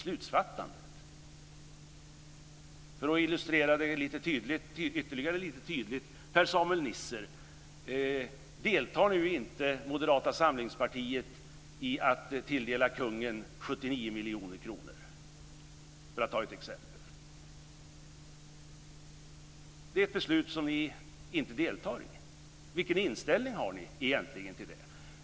Låt mig illustrera det lite tydligare: Per-Samuel Nisser, deltar nu inte Moderata samlingspartiet i att tilldela kungen 79 miljoner kronor, för att ta ett exempel? Det är ett beslut som ni inte deltar i. Vilken inställning har ni egentligen till det?